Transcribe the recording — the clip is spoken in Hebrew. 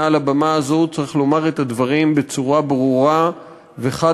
מעל לבמה הזו צריך לומר את הדברים בצורה ברורה וחד-משמעית: